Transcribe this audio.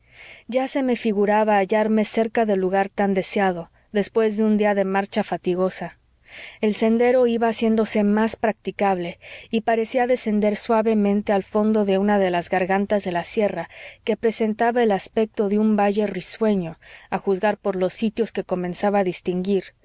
ya se me figuraba hallarme cerca del lugar tan deseado después de un día de marcha fatigosa el sendero iba haciéndose más practicable y parecía descender suavemente al fondo de una de las gargantas de la sierra que presentaba el aspecto de un valle risueño a juzgar por los sitios que comenzaba a distinguir